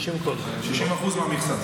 60% מהמכסה.